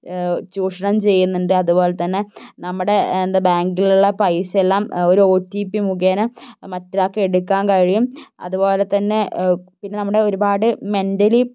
ചൂഷണം ചെയ്യുന്നുണ്ട് അതുപോലെത്തന്നെ നമ്മുടെ എന്താ ബാങ്കിലുള്ള പൈസയെല്ലാം ഒരു ഒ ടി പി മുഖേന മറ്റോരാൾക്ക് എടുക്കാന് കഴിയും അതുപോലെത്തന്നെ പിന്നെ നമ്മുടെ ഒരുപാട് മെന്റലി